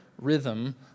rhythm